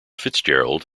fitzgerald